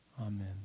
Amen